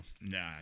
no